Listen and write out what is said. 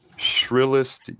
Shrillest